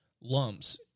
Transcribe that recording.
lumps